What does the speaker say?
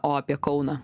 o apie kauną